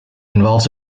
involves